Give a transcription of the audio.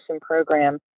Program